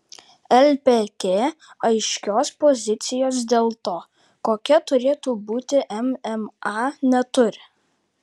lpk aiškios pozicijos dėl to kokia turėtų būti mma neturi